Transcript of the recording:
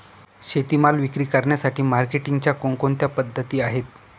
शेतीमाल विक्री करण्यासाठी मार्केटिंगच्या कोणकोणत्या पद्धती आहेत?